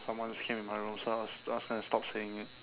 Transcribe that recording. someone just came in my room so I was I was gonna stop saying it